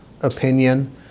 opinion